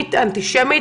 לאומנית אנטישמית,